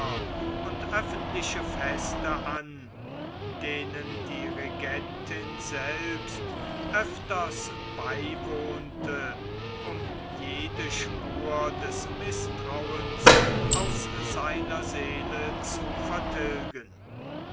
und öffentliche feste an denen die regentin selbst öfters beiwohnte um jede spur des mißtrauens aus seiner seele zu vertilgen